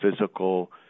physical